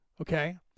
Okay